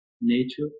Nature